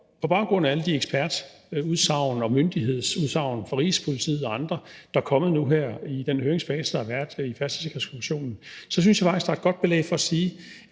På baggrund af alle de ekspertudsagn og myndighedsudsagn fra Rigspolitiet og andre, der er kommet nu her i forbindelse med den høringsfase, der har været i Færdselssikkerhedskommissionen, så synes jeg faktisk, at der er godt belæg for at sige,